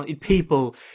people